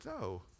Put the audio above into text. no